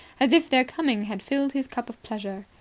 as if their coming had filled his cup of pleasure.